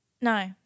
no